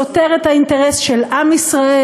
סותר את האינטרס של עם ישראל,